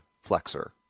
flexor